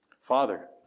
Father